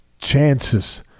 chances